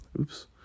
oops